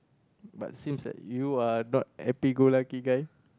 but seems like you are not happy go lucky guy